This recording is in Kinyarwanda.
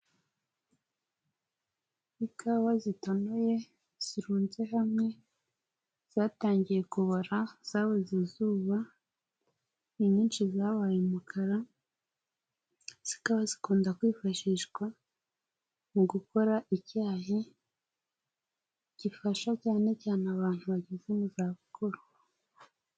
Ikawa zitonoye zirunze hamwe zatangiye kubora, zabuze izuba ni nyinshi zabaye umukara, zikaba zikunda kwifashishwa mu gukora icyayi gifasha cyane cyane abantu bageze mu zabukuru.